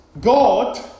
God